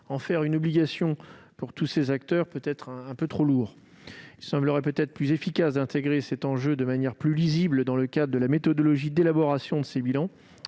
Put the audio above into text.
en faire une obligation pour tous ces acteurs peut paraître un peu trop lourd. Il serait peut-être plus efficace d'intégrer cet enjeu de manière plus lisible dans le cadre de la méthodologie d'élaboration de ces bilans,